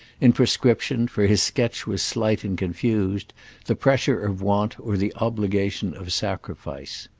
in proscription, for his sketch was slight and confused the pressure of want or the obligation of sacrifice.